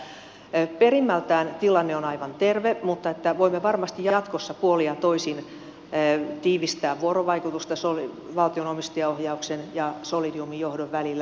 silloin ajattelen että perimmältään tilanne on aivan terve mutta voimme varmasti jatkossa puolin ja toisin tiivistää vuorovaikutusta valtion omistajaohjauksen ja solidiumin johdon välillä